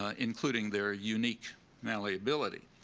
ah including their unique malleability.